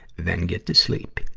then get to sleep.